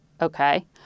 Okay